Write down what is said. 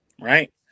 right